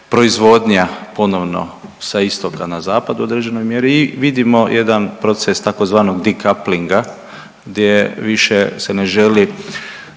proizvodnja ponovno sa istoka na zapad u određenoj mjeri i vidimo jedan proces tzv. decoupling-a gdje više se ne želi